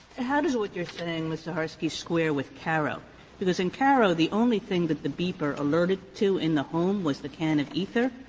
how does what you're saying, ms. saharsky, square with karo? because in karo, the only thing that the beeper alerted to in the home was the can of ether,